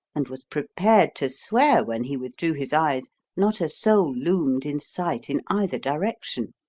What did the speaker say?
and was prepared to swear when he withdrew his eyes not a soul loomed in sight in either direction.